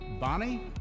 Bonnie